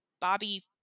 Bobby